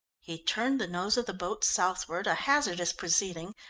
he turned the nose of the boat southward, a hazardous proceeding,